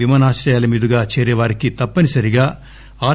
విమానాశ్రయాలమీదుగా చేరే వారికి తప్పనిసరిగా ఆర్